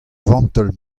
vantell